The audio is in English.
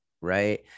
right